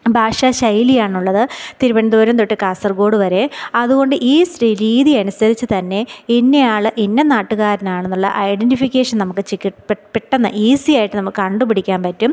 ഭാഷാശൈലിയാണുള്ളത് തിരുവനന്തപുരം തൊട്ട് കാസർഗോഡ് വരെ അതുകൊണ്ട് ഈ രീതിയനുസരിച്ചു തന്നെ ഇന്നയാൾ ഇന്ന നാട്ടുകാരനാണെന്നുള്ള ഐഡൻ്റിഫിക്കേഷൻ നമുക്ക് ചെക്ക് പെട്ടെന്ന് ഈസിയായിട്ട് നമുക്ക് കണ്ടുപിടിക്കാൻ പറ്റും